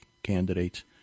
candidates